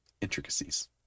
intricacies